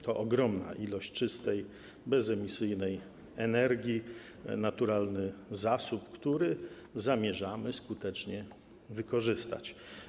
To ogromna ilość czystej, bezemisyjnej energii, naturalny zasób, który zamierzamy skutecznie wykorzystać.